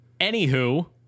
Anywho